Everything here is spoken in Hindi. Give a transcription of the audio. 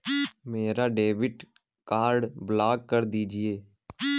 मेरा डेबिट कार्ड ब्लॉक कर दीजिए